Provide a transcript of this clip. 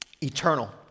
eternal